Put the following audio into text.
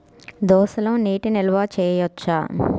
దోసలో నీటి నిల్వ చేయవచ్చా?